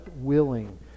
willing